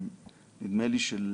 נדמה לי של